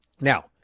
Now